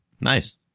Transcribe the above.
Nice